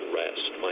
rest